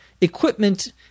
Equipment